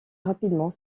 rapidement